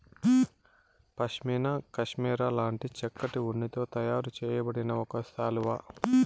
pashmina cashmere లాంటి చక్కటి ఉన్నితో తయారు చేయబడిన ఒక శాలువా